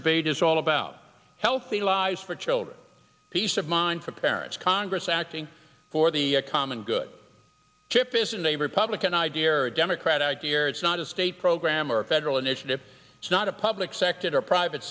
debate is all about healthy lives for children peace of mind for parents congress acting for the common good chip isn't a republican idea or a democratic year it's not a state program or a federal initiative it's not a public sector private